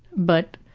but,